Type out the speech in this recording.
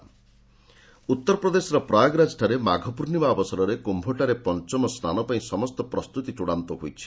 କୁମ୍ଭ ଉତ୍ତରପ୍ରଦେଶର ପ୍ରୟାଗରାଜ୍ଠାରେ ମାଘପୂର୍ଣ୍ଣିମା ଅବସରରେ କ୍ୟୁଠାରେ ପଞ୍ଚମ ସ୍ନାନ ପାଇଁ ସମସ୍ତ ପ୍ରସ୍ତୁତି ଚୂଡ଼ାନ୍ତ ହୋଇଛି